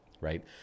right